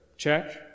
check